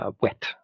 wet